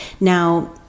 Now